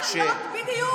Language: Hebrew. בדיוק,